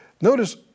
Notice